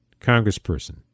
congressperson